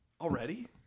already